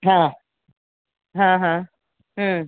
હા હા હા હમ